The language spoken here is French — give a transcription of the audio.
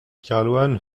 kerlouan